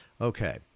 Okay